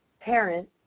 parent